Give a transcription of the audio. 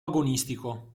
agonistico